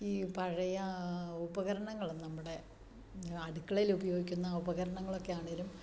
ഈ പഴയ ഉപകരണങ്ങളും നമ്മുടെ അടുക്കളയിൽ ഉപയോഗിക്കുന്ന ഉപകരണങ്ങൾ ഒക്കെ ആണേലും